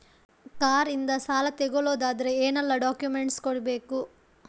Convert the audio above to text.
Car ಇಂದ ಸಾಲ ತಗೊಳುದಾದ್ರೆ ಏನೆಲ್ಲ ಡಾಕ್ಯುಮೆಂಟ್ಸ್ ಕೊಡ್ಬೇಕು?